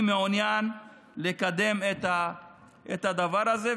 אני מעוניין לקדם את הדבר הזה.